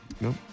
Nope